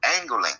angling